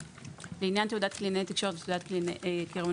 לעניין תעודת קלינאי תקשורת ותעודת קרימינולוג